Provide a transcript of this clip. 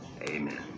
Amen